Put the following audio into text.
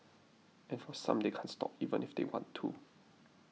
and for some they can't stop even if they want to